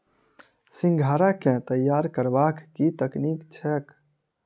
सिंघाड़ा केँ तैयार करबाक की तकनीक छैक?